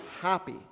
happy